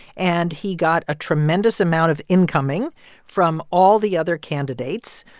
and he got a tremendous amount of incoming from all the other candidates,